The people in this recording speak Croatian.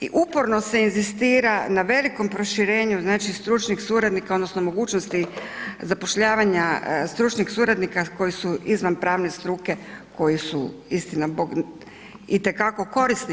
I uporno se inzistira na velikom proširenju znači stručnih suradnika odnosno mogućnosti zapošljavanja stručnih suradnika koji su izvan pravne struke, koji su istina bog i te kako korisni.